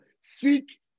Seek